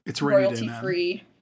royalty-free